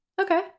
Okay